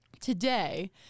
today